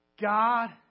God